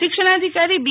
શિક્ષણાધિકારી બી